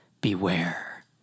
Beware